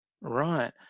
right